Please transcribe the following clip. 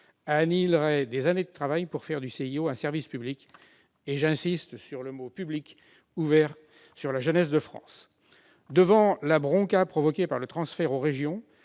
annihilerait des années de travail pour faire du CIO un service public- j'insiste sur le mot « public » -ouvert sur la jeunesse de France. Devant la bronca provoquée par le transfert aux régions